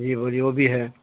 جی بولیے وہ بھی ہے